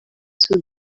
two